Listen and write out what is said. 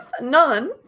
None